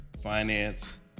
finance